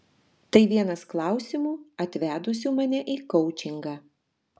tai vienas klausimų atvedusių mane į koučingą